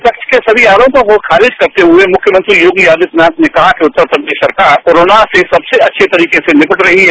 विपक्ष के सभी आरोपों को खारिज करते हुए मुख्यमंत्री योगी आदित्यनाथ ने कहा कि उत्तर प्रदेश सरकार कोरोना से सबसे अच्छे तरीके से निपट रही है